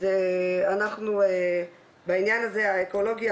אז אנחנו בעניין הזה האקולוגי,